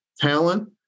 talent